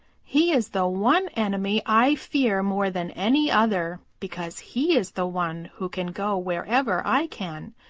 he is the one enemy i fear more than any other because he is the one who can go wherever i can.